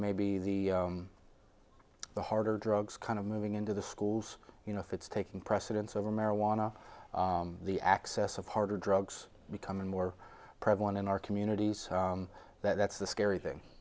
maybe the harder drugs kind of moving into the schools you know if it's taking precedence over marijuana the access of harder drugs becoming more prevalent in our communities that's the scary thing